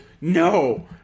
No